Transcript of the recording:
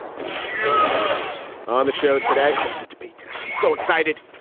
it's death tourism on the show today. ah the debate tonight. i'm so excited.